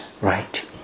right